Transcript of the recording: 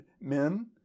men